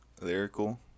lyrical